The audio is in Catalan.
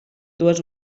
dues